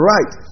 Right